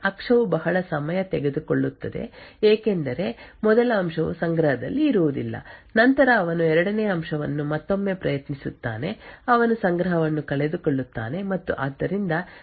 ಅಕ್ಷವು ಬಹಳ ಸಮಯ ತೆಗೆದುಕೊಳ್ಳುತ್ತದೆ ಏಕೆಂದರೆ ಮೊದಲ ಅಂಶವು ಸಂಗ್ರಹದಲ್ಲಿ ಇರುವುದಿಲ್ಲ ನಂತರ ಅವನು ಎರಡನೇ ಅಂಶವನ್ನು ಮತ್ತೊಮ್ಮೆ ಪ್ರಯತ್ನಿಸುತ್ತಾನೆ ಅವನು ಸಂಗ್ರಹವನ್ನು ಕಳೆದುಕೊಳ್ಳುತ್ತಾನೆ ಮತ್ತು ಆದ್ದರಿಂದ ದೀರ್ಘಾವಧಿಯ ಉತ್ತಮ ಕಾರ್ಯಗತಗೊಳಿಸುವ ಸಮಯದಲ್ಲಿ ಮತ್ತು ಇದು ಮುಂದುವರಿಯುತ್ತದೆ